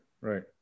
right